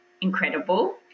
incredible